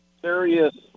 serious